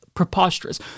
preposterous